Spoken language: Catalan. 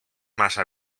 massa